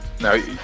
now